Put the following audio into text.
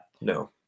No